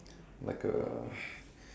like a